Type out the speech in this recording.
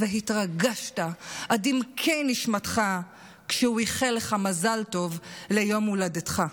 והתרגשת עד עמקי נשמתך כשהוא איחל לך מזל טוב ליום הולדתך.